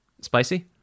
spicy